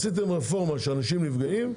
עשיתם רפורמה שאנשים נפגעים,